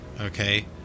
okay